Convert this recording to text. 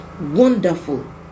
Wonderful